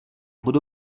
budu